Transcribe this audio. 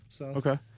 Okay